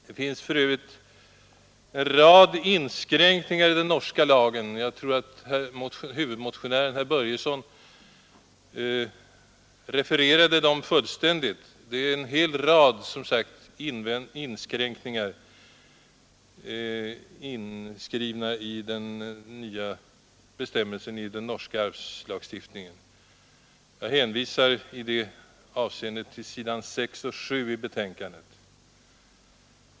Det finns för övrigt en rad inskränkningar inskrivna i den nya bestämmelsen i den norska arvslagstiftningen, och jag tror att huvudmotionären, herr Börjesson i Falköping, refererade den fullständigt. Jag hänvisar i det avseendet till s. 6 och 7 i betänkandet.